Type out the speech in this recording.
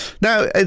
now